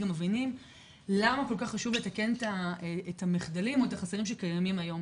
גם מבינים למה כל כך חשוב לתקן את המחדלים או את החסמים שקיימים היום.